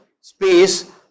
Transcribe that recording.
space